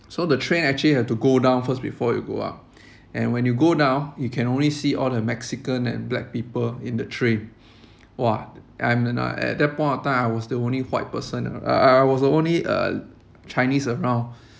so the train actually have to go down first before it'll go up and when you go down you can only see all the mexican and black people in the train !wah! I'm at that point of time I was the only white person I I was the only uh chinese around